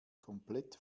komplett